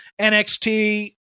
NXT